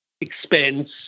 expense